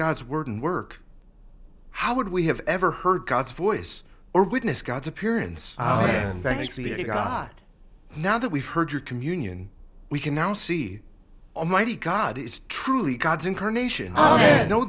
god's word in work how would we have ever heard god's voice or witness god's appearance and frankly any god now that we've heard your communion we can now see almighty god is truly god's incarnation